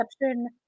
exception